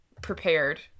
prepared